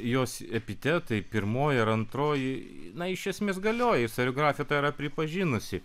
jos epitetai pirmoji ar antroji na iš esmės galioja istoriografija tą yra pripažinusi